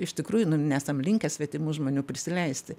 iš tikrųjų nesam linkę svetimų žmonių prisileisti